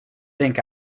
think